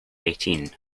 eighteen